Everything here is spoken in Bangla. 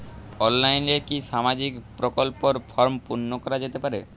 অনলাইনে কি সামাজিক প্রকল্পর ফর্ম পূর্ন করা যেতে পারে?